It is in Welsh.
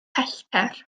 pellter